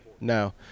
No